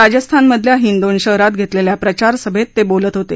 राजस्थानमधल्या हिंदोन शहरात घेतलेल्या प्रचारसभेत ते बोलत होते